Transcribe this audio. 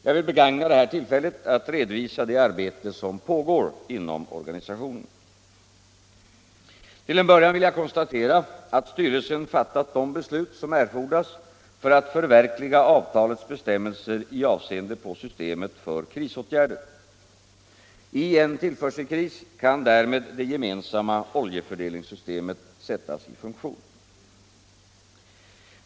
Jag vill begagna detta tillfälle att redovisa det arbete som pågår inom organisationen. Till en början vill jag konstatera att styrelsen fattat de beslut som erfordras för att förverkliga avtalets bestämmelser i avseende på systemet för krisåtgärder. I en tillförselkris kan därmed det gemensamma oljefördelningssystemet sättas i funktion.